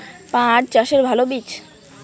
পাঠ চাষের ভালো বীজ?